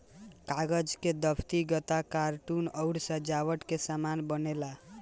कागज से दफ्ती, गत्ता, कार्टून अउरी सजावट के सामान बनेला